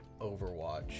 Overwatch